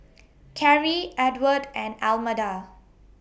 Carri Edward and Almeda